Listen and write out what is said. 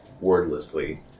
wordlessly